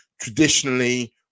traditionally